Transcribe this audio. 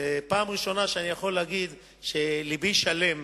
זו הפעם הראשונה שאני יכול להגיד שלבי שלם,